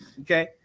Okay